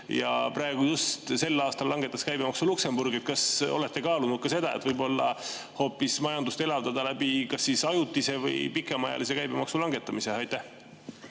Ja just sel aastal langetas käibemaksu Luksemburg. Kas olete kaalunud ka seda, et võib-olla majandust elavdada hoopis kas ajutise või pikemaajalise käibemaksu langetamisega? Aitäh,